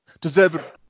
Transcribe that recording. deserve